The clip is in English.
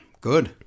Good